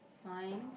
Minds